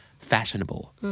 fashionable